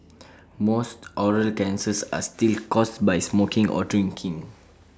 most oral cancers are still caused by smoking or drinking